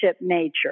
nature